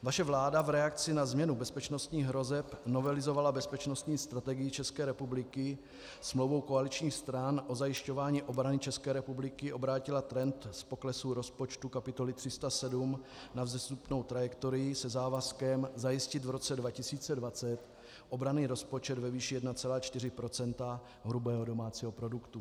Vaše vláda v reakci na změnu bezpečnostních hrozeb novelizovala bezpečnostní strategii České republiky smlouvou koaličních stran o zajišťování obrany České republiky, obrátila trend z poklesu rozpočtu kapitoly 307 na vzestupnou trajektorii se závazkem zajistit v roce 2020 obranný rozpočet ve výši 1,4 % hrubého domácího produktu.